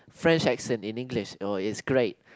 French accent in English oh is great